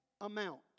amount